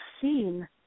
seen